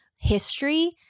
history